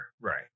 Right